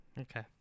Okay